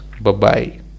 Bye-bye